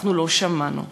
ולא שמענו?